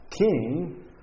king